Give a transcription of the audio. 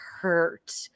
hurt